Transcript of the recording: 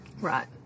Right